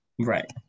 right